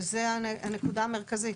וזו הנקודה המרכזית.